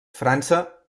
frança